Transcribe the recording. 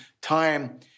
time